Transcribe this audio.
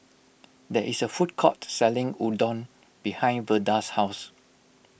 there is a food court selling Udon behind Verda's house